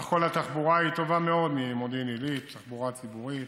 בסך הכול התחבורה הציבורית ממודיעין עילית טובה מאוד.